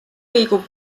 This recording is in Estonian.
liigub